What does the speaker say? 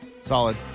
Solid